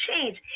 change